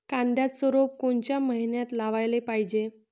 कांद्याचं रोप कोनच्या मइन्यात लावाले पायजे?